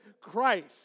Christ